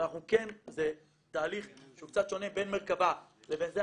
אבל זה כן תהליך שהוא קצת שונה בין מרכב"ה לבין זה,